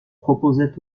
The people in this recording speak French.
proposait